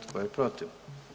Tko je protiv?